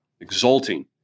Exulting